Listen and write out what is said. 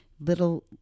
little